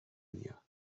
دنیا